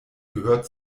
gehört